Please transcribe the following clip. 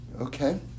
Okay